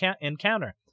encounter